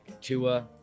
Tua